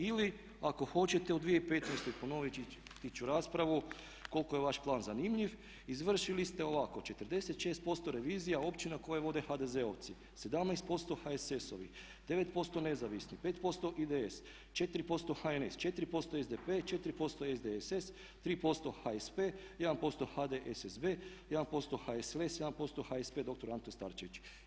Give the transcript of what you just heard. Ili ako hoćete u 2015. ponoviti ću raspravu koliko je vaš plan zanimljiv, izvršili ste ovako 46% revizija općina koje vode HDZ-ovci, 17% HSS-ovi, 9% nezavisni, 5% IDS, 4% HNS, 4% SDP, 4% SDSS, 3% HSP, 1% HDSSB, 1% HSLS, 1% HSP dr. Ante Starčević.